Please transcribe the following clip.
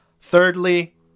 Thirdly